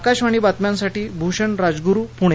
अकाशवाणी बातम्यांसाठी भूषण राजगुरू पुणे